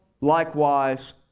likewise